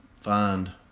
find